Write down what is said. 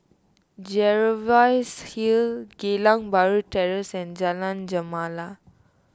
Jervois Hill Geylang Bahru Terrace and Jalan Gemala